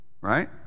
right